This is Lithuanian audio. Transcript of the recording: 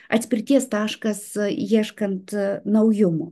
atspirties taškas ieškant naujumo